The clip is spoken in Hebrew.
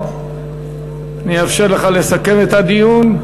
אני אאפשר לך לסכם את הדיון.